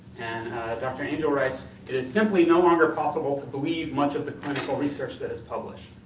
and dr. angell writes, it is simply no longer possible to believe much of the clinical research that is published.